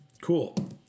Cool